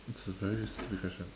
it's a very stupid question